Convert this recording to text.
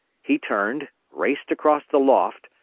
he turned, raced across the loft,